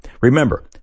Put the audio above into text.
Remember